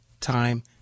time